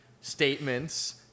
statements